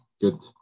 good